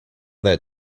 that